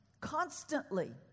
constantly